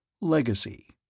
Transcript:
Legacy